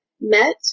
met